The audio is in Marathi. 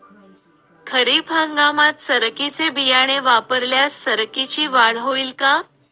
खरीप हंगामात सरकीचे बियाणे वापरल्यास सरकीची वाढ होईल का?